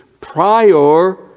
prior